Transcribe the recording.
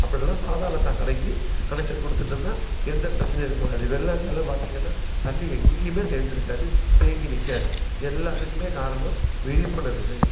அப்படி இல்லைனா பாதால சாக்கடைக்கு கனெக்ஷன் கொடுத்துட்டமுன்னா எந்த பிரச்சனையும் இருக்க கூடாது வெளி நாட்டிலெல்லாம் பார்த்திங்கன்னா தண்ணி எங்கேயுமே சேர்ந்துருக்காது தேங்கி நிற்காது எல்லாத்துக்குமே காரணம் விழிப்புணர்வு